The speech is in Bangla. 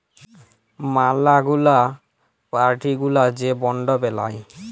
ম্যালা গুলা পার্টি গুলা যে বন্ড বেলায়